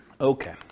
Okay